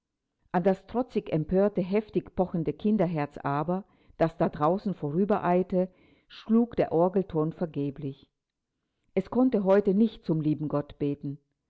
an das trotzig empörte heftig pochende kinderherz aber das da draußen vorübereilte schlug der orgelton vergeblich es konnte heute nicht zum lieben gott beten